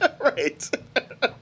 Right